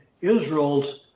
Israel's